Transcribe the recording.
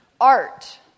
Art